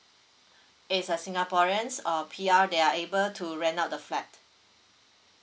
is a singaporeans uh P_R they are able to rent out the flat